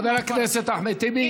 חבר הכנסת אחמד טיבי,